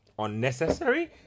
Unnecessary